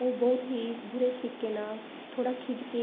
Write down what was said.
ਉਹ ਬਹੁਤ ਹੀ ਬੁਰੇ ਤਰੀਕੇ ਨਾਲ ਥੋੜ੍ਹਾ ਖਿੱਝ ਕੇ